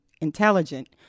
intelligent